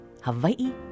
Hawaii